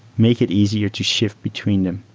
make it easier to shift between them,